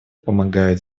помогают